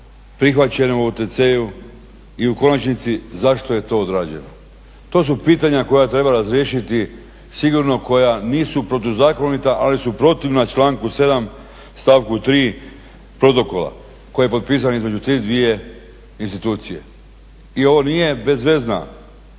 prihvaćeno u OTC-u i u konačnici zašto je to odrađeno. To su pitanja koja treba razriješiti sigurno, koja nisu protuzakonita ali su protivna članku 7. stavku 3. Protokola koji je potpisan između te dvije institucije. I ovo nije bezvezno